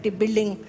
building